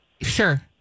Sure